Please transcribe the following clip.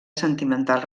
sentimental